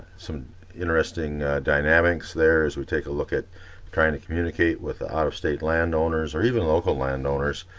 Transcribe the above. some interesting dynamics there as we take a look at trying to communicate with out-of-state landowners, or even local landowners,